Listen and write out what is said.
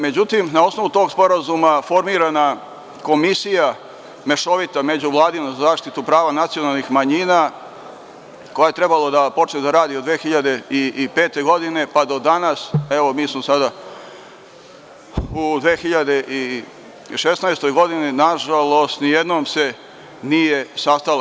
Međutim, na osnovu tog sporazuma formirana komisija, mešovita, međuvladina za zaštitu prava nacionalnih manjina koja je trebalo da počne da radi od 2005. godine pa do danas, evo mi smo sada u 2016. godini, na žalost, ni jednom se nije sastala.